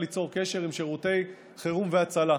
ליצור קשר עם שירותי חירום והצלה.